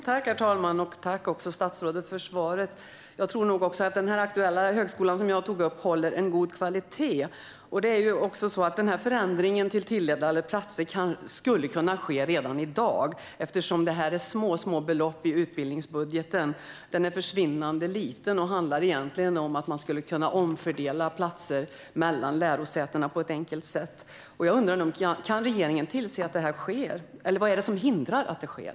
Herr talman! Tack, statsrådet, för svaret! Jag tror att den aktuella högskola som jag tog upp håller en god kvalitet. Förändringen av tilldelade platser skulle kunna ske redan i dag eftersom det är små, små belopp i utbildningsbudgeten. Det är försvinnande lite, och det handlar egentligen om att man skulle kunna omfördela platser mellan lärosätena på ett enkelt sätt. Jag undrar: Kan regeringen tillse att detta sker? Eller vad är det som hindrar att det sker?